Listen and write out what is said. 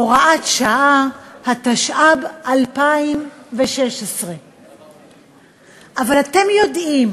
(הוראת שעה), התשע"ו 2016. אבל אתם יודעים